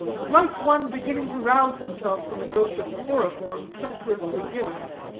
like one beginning to rouse himself from a dose of chloroform treacherously given,